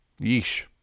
Yeesh